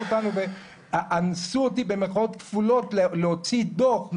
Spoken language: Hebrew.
"אנסו" אותי להוציא דו"ח מהממ"מ,